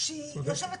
כי זה לא שוויוני.